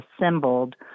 assembled